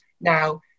now